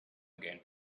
again